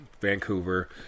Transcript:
Vancouver